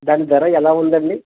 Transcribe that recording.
దానీ ధర ఎలా ఉందండి